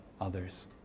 others